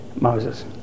Moses